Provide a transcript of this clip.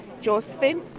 Josephine